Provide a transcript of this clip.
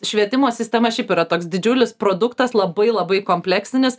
švietimo sistema šiaip yra toks didžiulis produktas labai labai kompleksinis